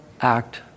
act